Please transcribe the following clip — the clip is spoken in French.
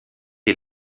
est